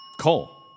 Cole